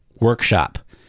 workshop